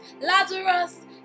Lazarus